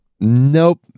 nope